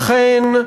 תודה, אכן,